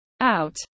out